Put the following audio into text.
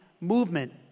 movement